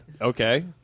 Okay